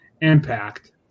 Impact